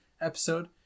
episode